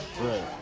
right